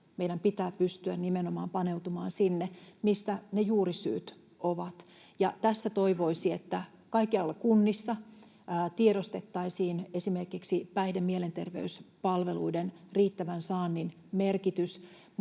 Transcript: Meidän pitää pystyä nimenomaan paneutumaan sinne, missä ne juurisyyt ovat. Tässä toivoisi, että kaikkialla kunnissa tiedostettaisiin esimerkiksi päihde- ja mielenter-veyspalveluiden riittävän saannin merkitys